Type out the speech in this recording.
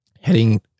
heading